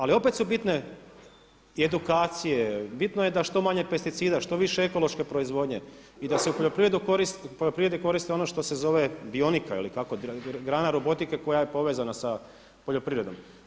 Ali opet su bitne i edukacije, bitno je da što manje pesticida, što više ekološke proizvodnje i da se u poljoprivredi koristi ono što se zove bionika ili kako ono grana robotike koja je povezana sa poljoprivredom.